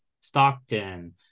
Stockton